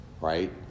right